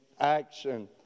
action